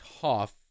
tough